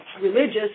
religious